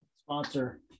Sponsor